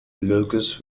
locus